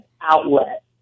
outlet